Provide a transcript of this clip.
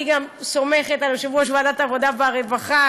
אני גם סומכת על יושב-ראש ועדת העבודה והרווחה,